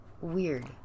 Weird